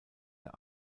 der